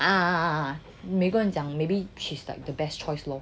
ah ah ah 每个人讲 maybe she is like the best choice lor